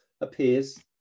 appears